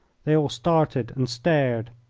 they all started and stared.